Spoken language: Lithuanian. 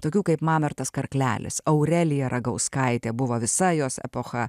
tokių kaip mamertas karklelis aurelija ragauskaitė buvo visa jos epocha